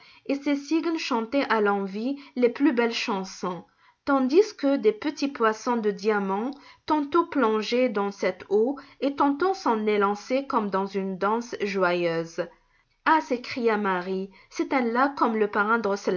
et ces cygnes chantaient à l'envi les plus belles chansons tandis que des petits poissons de diamants tantôt plongeaient dans cette eau et tantôt s'en élançaient comme dans une danse joyeuse ah s'écria marie c'est un lac comme le parrain